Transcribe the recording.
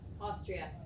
Austria